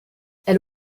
elle